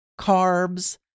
carbs